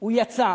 הוא יצא